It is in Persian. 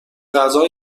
غذا